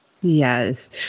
Yes